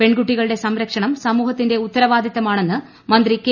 പെൺകുട്ടികളുടെ സംരക്ഷണം സമൂഹത്തിന്റെ ഉത്തരവാദിത്തമാണെന്ന് മന്ത്രി കെ